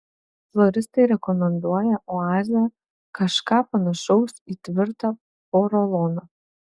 floristai rekomenduoja oazę kažką panašaus į tvirtą poroloną